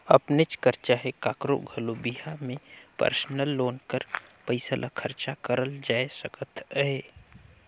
अपनेच कर चहे काकरो घलो बिहा में परसनल लोन कर पइसा ल खरचा करल जाए सकत अहे